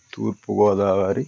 తూర్పు గోదావరి